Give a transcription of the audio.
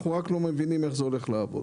אנחנו רק לא מבינים איך זה הולך לעבוד.